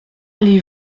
allez